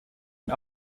and